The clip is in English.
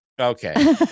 Okay